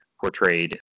portrayed